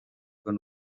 con